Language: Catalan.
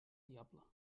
diable